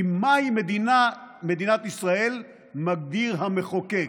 כי מה היא מדינת ישראל מגדיר המחוקק,